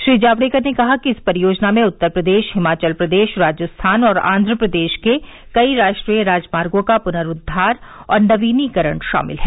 श्री जावडेकर ने कहा कि इस परियोजना में उत्तर प्रदेश हिमाचल प्रदेश राजस्थान और आंघ्रप्रदेश के कई राष्ट्रीय राजमार्गों का पुनरोद्वार और नवीनीकरण शामिल हैं